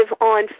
on